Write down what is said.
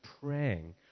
praying